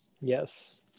Yes